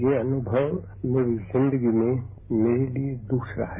यह अनुभव मेरी ज़िंदगी में मेरे लिये द्रसरा है